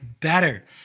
better